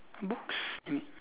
books I mean